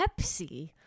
Pepsi